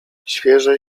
świeże